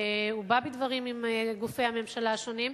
הוא בא בדברים עם גופי הממשלה השונים,